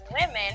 women